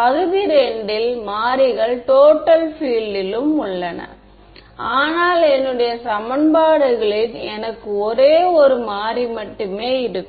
பகுதி II இல் மாறிகள் டோட்டல் பீல்ட் லும் உள்ளன ஆனால் என்னுடைய சமன்பாடுகளில் எனக்கு ஒரே ஒரு மாறி மட்டுமே இருக்கும்